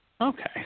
Okay